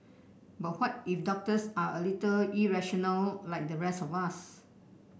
but what if doctors are a little irrational like the rest of us